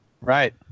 right